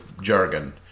jargon